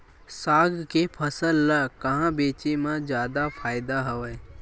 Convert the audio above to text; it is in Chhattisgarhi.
साग के फसल ल कहां बेचे म जादा फ़ायदा हवय?